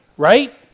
right